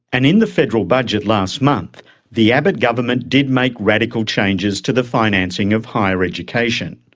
and in the federal budget last month the abbott government did make radical changes to the financing of higher education.